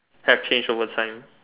have changed over time